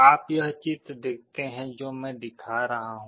आप यह चित्र देखते हैं जो मैं दिखा रहा हूँ